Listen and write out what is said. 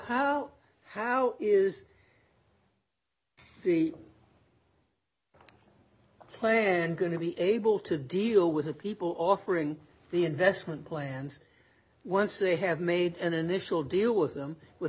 how how is the plan going to be able to deal with the people offering the investment plans once they have made an initial deal with them w